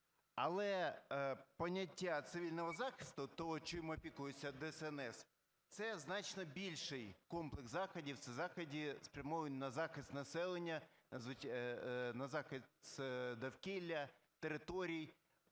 Але поняття цивільного захисту, того, чим опікується ДСНС, – це значно більший комплекс заходів, це заходи, спрямовані на захист населення, на захист довкілля, територій